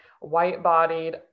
white-bodied